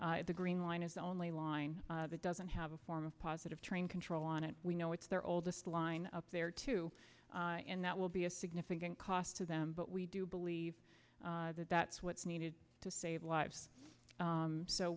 them the green line is the only line that doesn't have a form of positive train control on it we know it's their oldest line up there too and that will be a significant cost to them but we do believe that that's what's needed to save lives